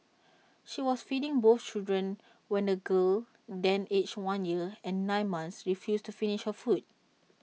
she was feeding both children when the girl then aged one year and nine months refused to finish her food